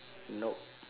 nope